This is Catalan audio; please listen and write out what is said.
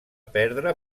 perdre